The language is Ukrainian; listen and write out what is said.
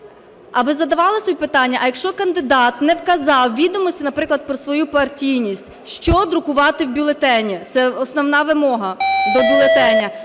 А ви задавали собі питання, а якщо кандидат не вказав відомості, наприклад, про свою партійність, що друкувати в бюлетені? Це основна вимога до бюлетеня.